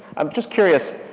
i'm just curious,